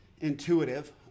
intuitive